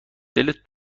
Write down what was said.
دلت